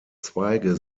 zweige